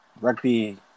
rugby